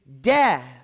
death